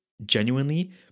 Genuinely